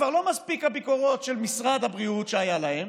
כבר לא מספיקות הביקורות של משרד הבריאות שהיו להם,